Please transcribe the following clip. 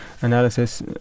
analysis